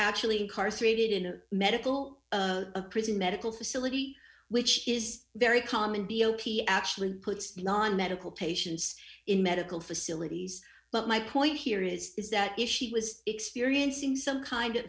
actually incarcerated in a medical prison medical facility which is very common b o p actually puts non medical patients in medical facilities but my point here is is that if she was experiencing some kind of